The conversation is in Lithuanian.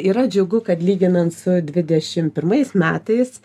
yra džiugu kad lyginant su dvidešim pirmais metais